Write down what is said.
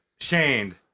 Shane